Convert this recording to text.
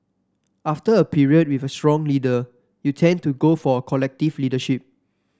after a period with a strong leader you tend to go for a collective leadership